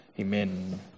Amen